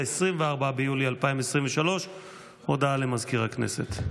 24 ביולי 2023. הודעה למזכיר הכנסת.